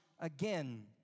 again